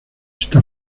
está